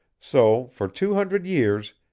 so for two hundred years,